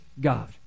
god